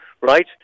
right